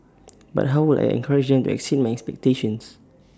but how would I encourage them exceed my expectations